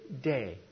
day